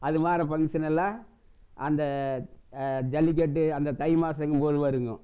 அதுமாரி ஃபங்ஷனெல்லாம் அந்த ஜல்லிக்கட்டு அந்த தை மாசங்கும் போது வரும்ங்க